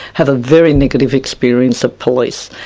have a very negative experience of police.